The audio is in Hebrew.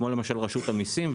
כמו רשות המסים,